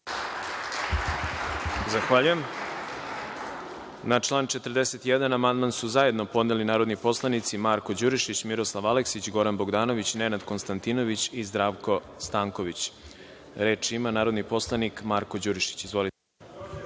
Zahvaljujem. Na član 41. amandman su zajedno podneli narodni poslanici Marko Đurišić, Miroslav Aleksić, Goran Bogdanović, Nenad Konstantinović i Zdravko Stanković. Reč ima narodni poslanik Marko Đurišić. Izvolite.